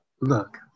look